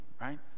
right